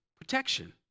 protection